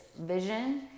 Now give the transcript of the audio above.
vision